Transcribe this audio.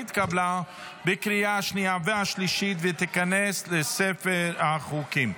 התקבלה בקריאה השנייה והשלישית ותיכנס לספר החוקים.